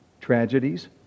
tragedies